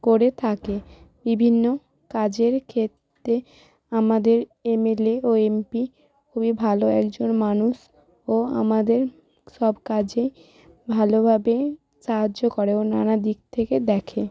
করে থাকে বিভিন্ন কাজের ক্ষেত্রে আমাদের এমএলএ ও এমপি খুবই ভালো একজন মানুষ ও আমাদের সব কাজে ভালোভাবে সাহায্য করে ও নানা দিক থেকে দেখে